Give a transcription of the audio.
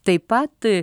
taip pat